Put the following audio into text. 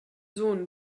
sohn